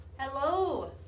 Hello